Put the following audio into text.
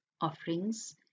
offerings